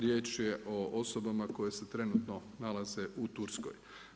Riječ je o osobama koje su trenutno nalaze u Turskoj.